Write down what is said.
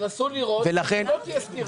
הרצון הוא שלא תהיה סתירה.